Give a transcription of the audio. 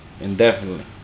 indefinitely